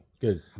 Good